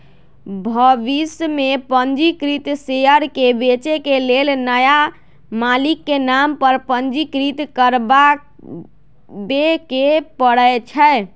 भविष में पंजीकृत शेयर के बेचे के लेल नया मालिक के नाम पर पंजीकृत करबाबेके परै छै